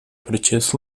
proces